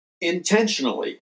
intentionally